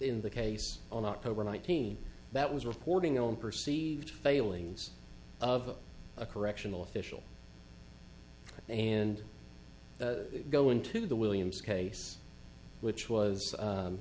in the case on october nineteenth that was reporting on perceived failings of a correctional official and go into the williams case which was